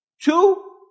Two